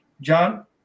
John